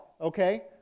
okay